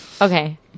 Okay